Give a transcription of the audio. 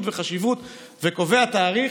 וקובע תאריך.